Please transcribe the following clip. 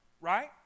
Right